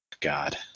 God